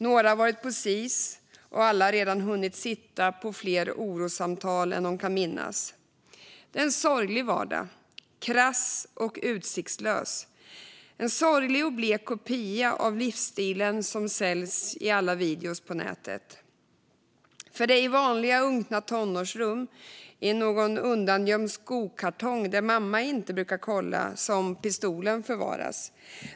Några har varit på Sis-hem, och alla har redan hunnit sitta på fler orossamtal än de kan minnas. Det är en sorglig vardag, krass och utsiktslös. Det är en sorglig och blek kopia av den livsstil som säljs i alla videor på nätet. Det är nämligen i vanliga, unkna tonårsrum, i någon undangömd skokartong där mamma inte brukar kolla, som pistolen förvaras.